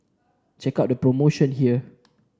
check out the promotion here